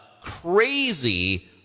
crazy